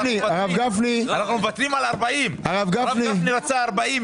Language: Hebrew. אנחנו מוותרים על 40. הרב גפני רצה 40,